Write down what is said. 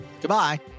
Goodbye